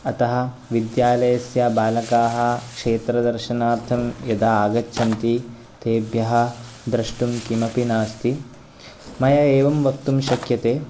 अतः विद्यालयस्य बालकाः क्षेत्रदर्शनार्थं यदा आगच्छन्ति तेभ्यः द्रष्टुं किमपि नास्ति मया एवं वक्तुं शक्यते